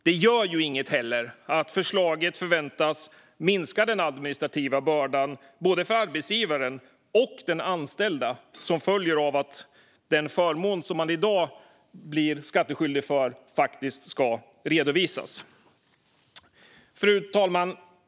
Det gör inte heller något att förslaget förväntas minska den administrativa börda för både arbetsgivaren och den anställda som följer av att den förmån som i dag är skattepliktig ska redovisas. Fru talman!